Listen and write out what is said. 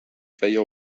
feia